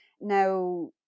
Now